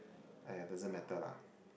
!aiya! doesn't matter lah